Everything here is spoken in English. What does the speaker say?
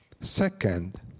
second